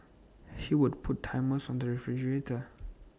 he would put timers on the refrigerator